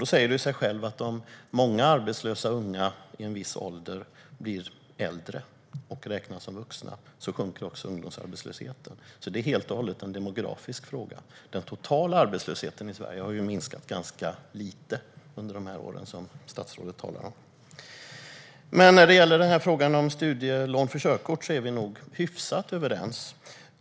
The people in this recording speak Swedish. Det säger sig självt att när många arbetslösa unga i en viss ålder blir äldre och räknas som vuxna minskar också ungdomsarbetslösheten. Det är helt och hållet en demografisk fråga. Den totala arbetslösheten i Sverige har minskat ganska lite under de år som statsrådet talar om. När det gäller frågan om studielån för körkort är vi dock hyfsat överens.